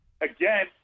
again